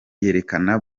yerekana